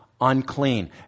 unclean